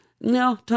No